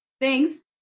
Thanks